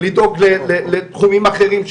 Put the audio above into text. ולדאוג לתחומים אחרים,